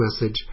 message